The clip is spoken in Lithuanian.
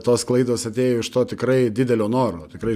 tos klaidos atėjo iš to tikrai didelio noro tikrai